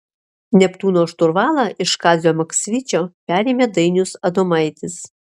neptūno šturvalą iš kazio maksvyčio perėmė dainius adomaitis